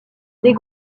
des